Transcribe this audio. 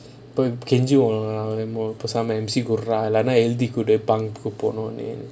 போய் கெஞ்சுவோம் பேசாம:poi kenjuvom pesaama M_C குடுற இல்லனா எழுதி குடு போனும்னுட்டு:kudura illanaa ezhuthi kudu ponumttu